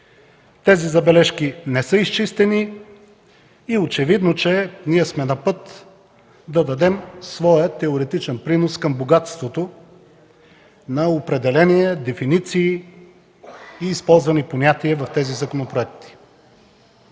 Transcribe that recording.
Тези забележки не са изчистени и очевидно сме на път да дадем своя теоретичен принос към богатството на определения, дефиниции и използвани понятия в тези законопроекти.